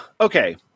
okay